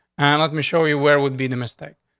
and like me show you where would be the mistake.